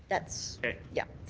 that's yes.